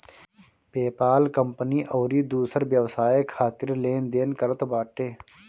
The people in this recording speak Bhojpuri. पेपाल कंपनी अउरी दूसर व्यवसाय खातिर लेन देन करत बाटे